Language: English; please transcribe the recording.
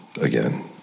again